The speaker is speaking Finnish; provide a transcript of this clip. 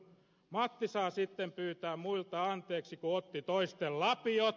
matti saa sitten pyytää muilta anteeksi kun otti toisten lapiot